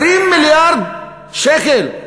20 מיליארד שקל.